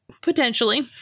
Potentially